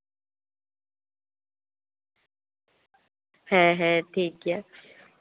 ᱦᱮᱸ ᱦᱮᱸ ᱴᱷᱤᱠᱜᱮᱭᱟ